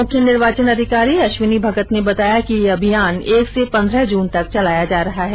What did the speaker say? मुख्य निर्वाचन अधिकारी अश्विनी भगत ने बताया कि यह अभियान एक से पन्द्रह जून तक चलाया जा रहा है